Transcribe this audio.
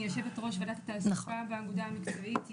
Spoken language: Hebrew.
אני יו"ר ועדת התעסוקה באגודה המקצועית יה"ת,